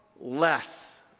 less